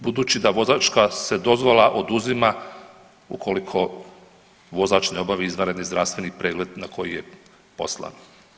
Budući da vozačka se dozvola oduzima ukoliko vozač ne obavi izvanredni zdravstveni pregled na koji je poslan.